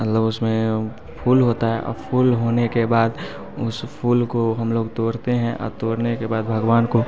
मतलब उसमें फूल होता है अब फूल होने के बाद उस फूल को हम लोग तोड़ते हैं और तोड़ने के बाद भगवान को